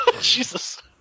Jesus